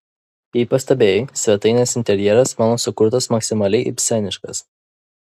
jei pastebėjai svetainės interjeras mano sukurtas maksimaliai ibseniškas